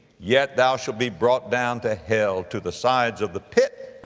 yet thou shalt be brought down to hell, to the sides of the pit,